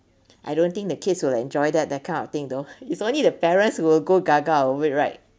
I don't think the kids will enjoy that that kind of thing though it's only the parents will go gaga over it right